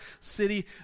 city